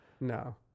No